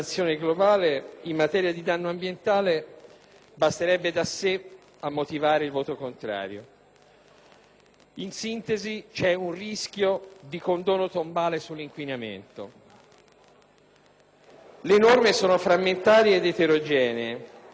In sintesi, vi è il rischio di "condono tombale" sull'inquinamento. Le norme sono frammentarie ed eterogenee; le modifiche aggiunte dal Senato sono peggiorative. Per